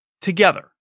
together